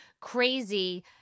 Crazy